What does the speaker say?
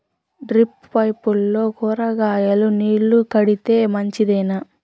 Drip పైపుల్లో కూరగాయలు నీళ్లు కడితే మంచిదేనా?